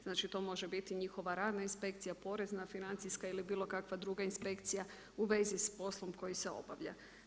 Znači to može biti njihova radna inspekcija, porezna, financijska ili bilo kakva druga inspekcija u vezi s poslom koji se obavlja.